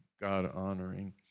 God-honoring